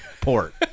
port